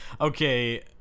Okay